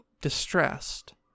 distressed